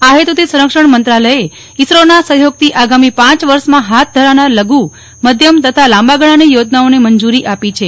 આ હેતુથી સંરક્ષણ મંત્રાલયે ઇસરોના સહયોગથી આગામી પાંચ વર્ષમાં હાથ ધરાનાર લઘુ માધ્યમ તથા લાંબાગાળાની યોજનાઓને મંજુરી આપી છે